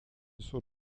sur